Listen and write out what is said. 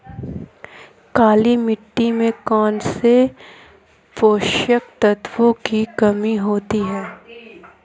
काली मिट्टी में कौनसे पोषक तत्वों की कमी होती है?